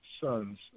sons